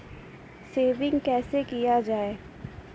Saving कैसै किया जाय?